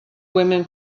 women